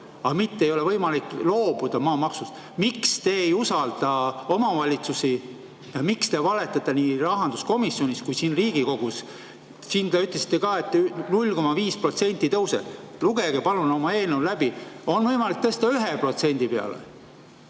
aga mitte ei ole võimalik loobuda maamaksust. Miks te ei usalda omavalitsusi? Miks te valetate nii rahanduskomisjonis kui ka siin Riigikogu [saalis]? Siin te ütlesite ka, et 0,5% tõuseb. Lugege palun oma eelnõu läbi! On võimalik tõsta 1% peale.